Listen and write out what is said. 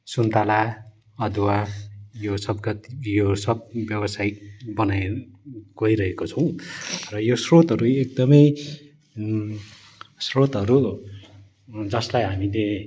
सुन्ताला अदुवा यो सब यो सब व्यावसायिक बनाई गइरहेको छौँ र यो श्रोतहरू एकदमै श्रोतहरू जसलाई हामीले